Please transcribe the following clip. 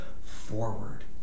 forward